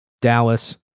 Dallas